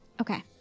Okay